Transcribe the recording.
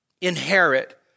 inherit